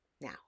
Now